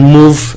move